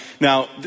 now